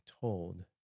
told